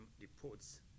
reports